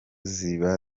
ziba